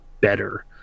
better